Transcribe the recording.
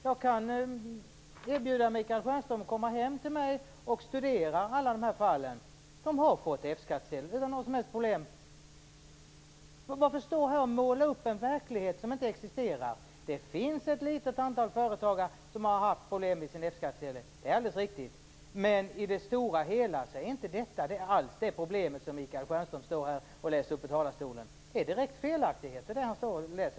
Jag kan erbjuda Michael Stjernström att komma hem till mig och studera alla de här fallen. Man har fått F-skattsedel utan några som helst problem. Varför måla upp en verklighet som inte existerar? Det är alldeles riktigt att ett litet antal företagare haft problem med sin F-skattsedel, men i det stora hela finns inte alls det problem som Michael Stjernström redogör för i talarstolen här. Det är direkta felaktigheter som anförs.